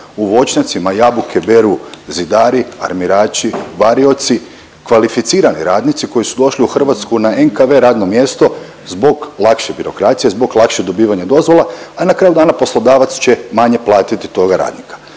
u voćnjacima jabuke beru zidari, armirači, varioci, kvalificirani radnici koji su došli u Hrvatsku na NKV radno mjesto zbog lakše birokracije, zbog lakše dobivanje dozvola, a na kraju dana, poslodavac će manje platiti toga radnika.